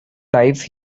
life